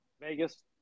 Vegas